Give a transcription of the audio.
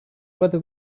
whether